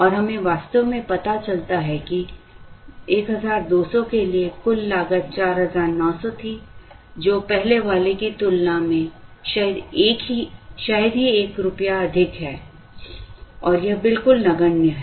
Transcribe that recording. और हमें वास्तव में पता चलता है कि 1200 के लिए कुल लागत 4900 थी जो पहले वाले की तुलना में शायद ही एक रुपया अधिक है और यह बिल्कुल नगण्य है